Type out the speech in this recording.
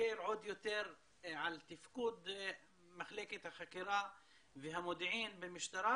עוד יותר להקל על תפקוד מחלקת החקירה והמודיעין במשטרה,